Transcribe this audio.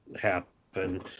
happen